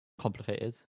complicated